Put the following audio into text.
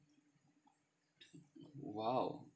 !wow!